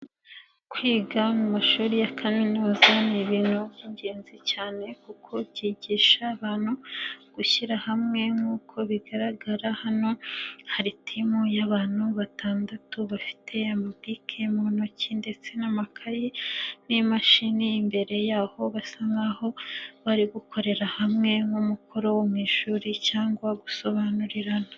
Kwiga mu mashuri ya kaminuza ni ibintu by'ingenzi cyane kuko byigisha abantu gushyira hamwe nk'uko bigaragara hano hari timu y'abantu batandatu bafite amabike mu ntoki ndetse n'amakayi n'imashini imbere yaho basa nkaho bari gukorera hamwe nk'umukoro wo mu ishuri cyangwa gusobanurirana.